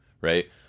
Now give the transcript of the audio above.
right